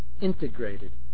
integrated